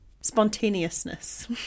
Spontaneousness